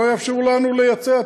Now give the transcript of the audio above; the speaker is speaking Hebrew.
לא יאפשרו לנו לייצא,